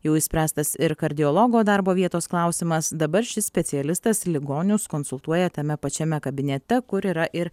jau išspręstas ir kardiologo darbo vietos klausimas dabar šis specialistas ligonius konsultuoja tame pačiame kabinete kur yra ir